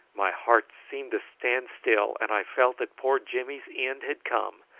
my heart seemed to stand still, and i felt that poor jimmy's end had come,